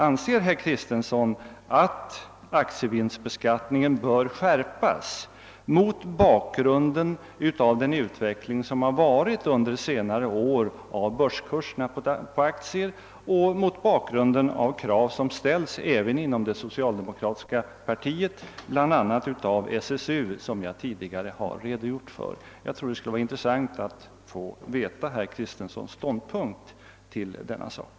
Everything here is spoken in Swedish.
Anser herr Kristenson att aktievinstbeskattningen bör skärpas mot bakgrunden av den utveckling som varit rådande under senare år beträffande börskurserna på aktier och mot bakgrunden av de krav som ställs även inom det socialdemokratiska partiet, bl.a. av SSU, vilka jag tidigare har redogjort för? Det vore intressant att få veta herr Kristensons ståndpunkt i denna fråga.